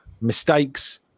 mistakes